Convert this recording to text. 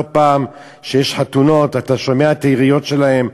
כל פעם שיש חתונות אתה שומע את היריות שלהם.